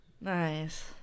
Nice